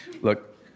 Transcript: Look